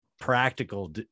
practical